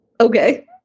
Okay